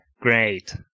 Great